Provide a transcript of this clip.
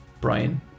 Brian